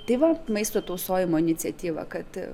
tai va maisto tausojimo iniciatyva kad